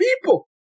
people